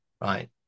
right